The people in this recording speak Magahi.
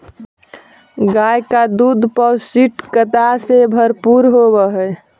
गाय का दूध पौष्टिकता से भरपूर होवअ हई